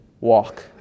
walk